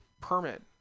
permit